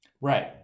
Right